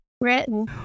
written